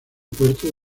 puerto